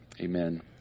Amen